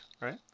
right